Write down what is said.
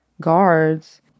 guards